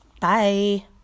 Bye